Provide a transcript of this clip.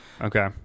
Okay